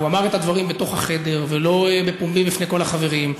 הוא אמר את הדברים בתוך החדר ולא בפומבי בפני כל החברים.